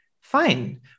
Fine